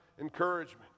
encouragement